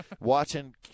watching